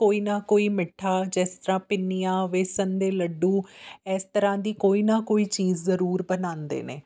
ਕੋਈ ਨਾ ਕੋਈ ਮਿੱਠਾ ਜਿਸ ਤਰ੍ਹਾਂ ਪਿੰਨੀਆਂ ਵੇਸਣ ਦੇ ਲੱਡੂ ਇਸ ਤਰ੍ਹਾਂ ਦੀ ਕੋਈ ਨਾ ਕੋਈ ਚੀਜ਼ ਜਰੂਰ ਬਣਾਉਂਦੇ ਨੇ